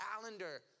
calendar